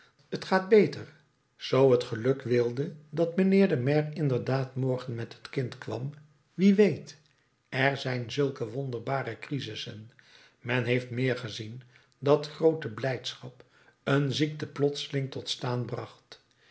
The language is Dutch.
t gaat beter zoo het geluk wilde dat mijnheer de maire inderdaad morgen met het kind kwam wie weet er zijn zulke wonderbare crisissen men heeft meer gezien dat groote blijdschap een ziekte plotseling tot staan bracht